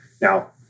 Now